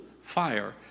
fire